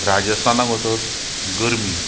राजस्थानाक वचत गरमी